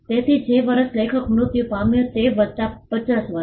તેથી જે વર્ષે લેખક મૃત્યુ પામ્યો તે વત્તા 50 વર્ષ